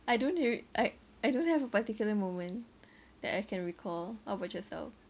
I don't re~ like I don't have a particular moment that I can recall how about yourself